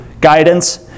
guidance